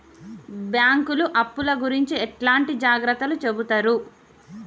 బ్యాంకులు అప్పుల గురించి ఎట్లాంటి జాగ్రత్తలు చెబుతరు?